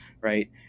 Right